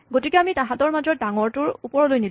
গতিকে আমি তাহাঁতৰ মাজৰ ডাঙৰ ১২ টো ওপৰলৈ নিলো